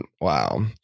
Wow